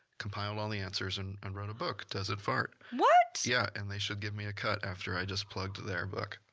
compiled all the answers and and wrote a book, does it fart? what! yeah. and they should give me a cut after i just plugged their book.